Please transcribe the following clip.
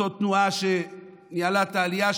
אותה תנועה שניהלה את העלייה,